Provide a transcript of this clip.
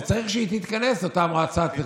וצריך שהיא תתכנס, אותה מועצה.